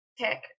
tech